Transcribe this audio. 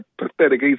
pathetic